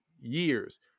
years